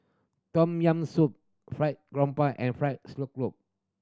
Tom Yam Soup Fried Garoupa and fried